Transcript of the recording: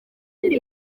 turi